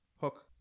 hook